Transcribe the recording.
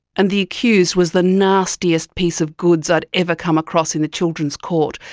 and the accused was the nasty used piece of goods i'd ever come across in the children's court.